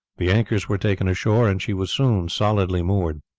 the anchors were taken ashore and she was soon solidly moored.